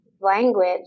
language